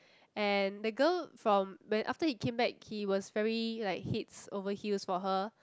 and the girl from when after he came back he was very like heads over heels for her